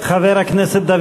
דוד